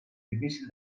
difícil